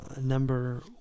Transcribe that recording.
number